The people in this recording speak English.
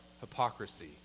hypocrisy